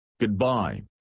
Goodbye